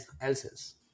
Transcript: else's